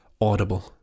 audible